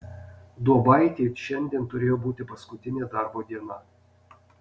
duobaitei šiandien turėjo būti paskutinė darbo diena